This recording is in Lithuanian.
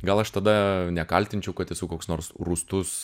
gal aš tada nekaltinčiau kad esu koks nors rūstus